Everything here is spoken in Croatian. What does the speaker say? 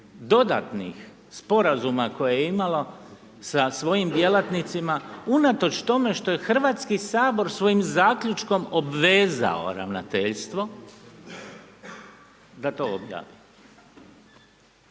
dodatnih sporazuma koje je imalo sa svojim djelatnicima unatoč tome što je Hrvatski sabor svojim zaključkom obvezao ravnateljstvo da to objavi.